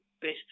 best